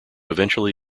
eventually